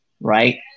right